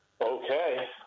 Okay